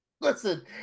Listen